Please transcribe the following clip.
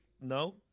No